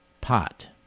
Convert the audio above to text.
pot